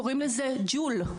קוראים לזה ג'ול,